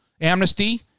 amnesty